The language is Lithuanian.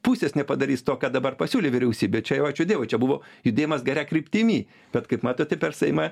pusės nepadarys to ką dabar pasiūlė vyriausybė čia jau ačiū dievui čia buvo judėjimas gera kryptimi bet kaip matote per seimą